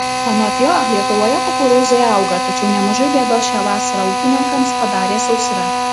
anot jo lietuvoje kukurūzai auga tačiau nemažai bėdos šią vasarą ūkininkams padarė sausra